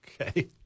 Okay